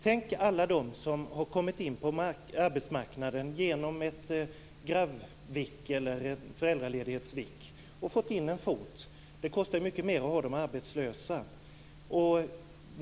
Tänk bara på alla dem som har kommit in på arbetsmarknaden genom ett graviditetsvikariat eller ett föräldraledighetsvikariat. Det kostar ju mycket mer att ha människor arbetslösa.